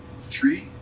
three